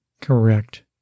Correct